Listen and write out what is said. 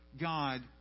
God